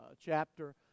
chapter